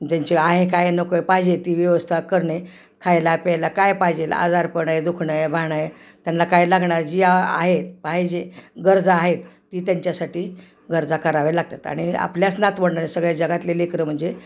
ज्यांचे आहे काय नकोय पाहिजे ती व्यवस्था करणे खायला प्यायला काय पाहिजे आजार पणं आहे दुखण आहे भाणं आहे त्यांना काय लागणार जी आहेत पाहिजे गरजा आहेत ती त्यांच्यासाठी गरजा कराव्या लागतात आणि आपल्याच नानातवंडांना नाही सगळ्या जगातले लेकरं म्हणजे